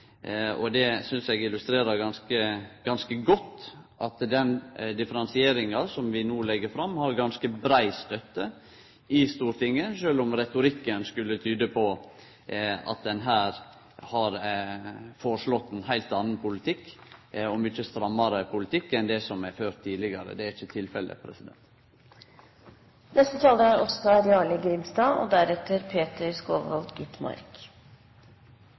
Det synest eg illustrerer ganske godt at den differensieringa som vi no legg opp til, har ganske brei støtte i Stortinget, sjølv om retorikken skulle tyde på at ein her har foreslått ein heilt annan politikk – ein mykje strammare politikk – enn tidlegare. Det er ikkje tilfellet. Knapt noka sak i samband med arealforvaltninga langs vår langstrakte kyst er